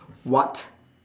what